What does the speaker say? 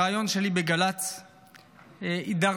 בריאיון שלי בגל"צ התדרדרתי,